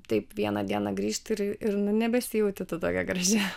taip vieną dieną grįžti ir nebesijautė tokia graži